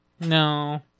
No